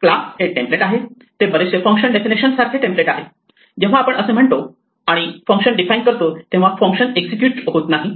class हे template आहे ते बरेचसे फंक्शन डेफिनेशन सारखे टेम्पलेट आहे जेव्हा आपण असे म्हणतो आणि फंक्शन डिफाइन करतो तेव्हा फंक्शन एक्झिक्युट होत नाही